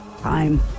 Time